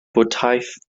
bwdhaeth